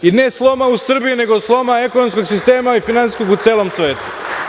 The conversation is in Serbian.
I ne sloma u Srbiji nego sloma ekonomskog sistema i finansijskog u celom svetu.